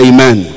Amen